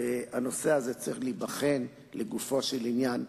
והנושא הזה צריך להיבחן לגופו של עניין,